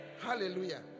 Hallelujah